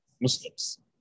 Muslims